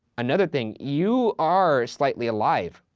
another thing, you are slightly alive.